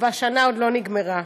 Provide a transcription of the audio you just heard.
והשנה עוד לא נגמרה.